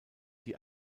die